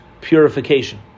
purification